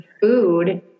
food